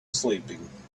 sleeping